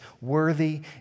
worthy